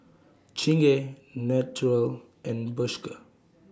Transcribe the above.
Chingay Naturel and Bershka